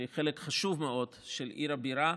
שהיא חלק חשוב מאוד של עיר הבירה,